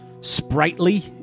sprightly